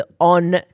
on